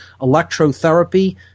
Electrotherapy